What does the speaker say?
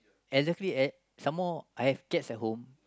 exactly at some more I have cats at home